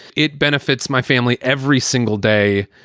it benefits my family every single day,